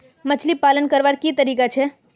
मछली पालन करवार की तरीका छे?